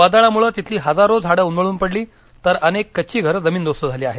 वादळामुळे तिथली हजारो झाडं उन्मळून पडली तर अनेक कच्ची घरं जमीनदोस्त झाली आहेत